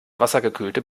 wassergekühlte